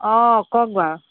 অঁ কওক বাৰু